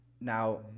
Now